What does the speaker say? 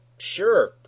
Sure